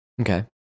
Okay